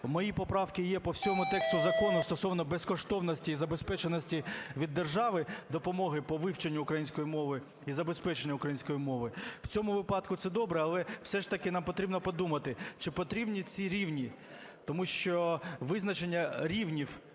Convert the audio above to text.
Мої поправки є по всьому тексту закону стосовно безкоштовності і забезпеченості від держави допомоги по вивченню української мови і забезпеченню української мови. В цьому випадку це добре, але все ж таки нам потрібно подумати, чи потрібні ці рівні, тому що визначення рівнів